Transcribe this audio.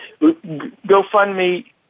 GoFundMe